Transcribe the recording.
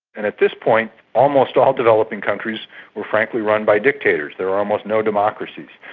and at this point almost all developing countries were frankly run by dictators, there were almost no democracies.